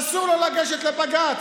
אסור לו לגשת לבג"ץ,